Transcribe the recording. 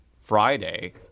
Friday